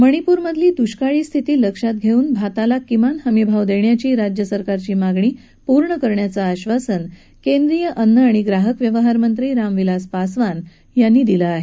मणीपूरमधली दुष्काळी स्थिती लक्षात घेऊन भाताला किमान हमीभाव देण्याची राज्यसरकारची मागणी पूर्ण करण्याचं आश्वासन केंद्रीय अन्न आणि ग्राहक व्यवहारमंत्री रामविलास पासवान यांनी दिलं आहे